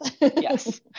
Yes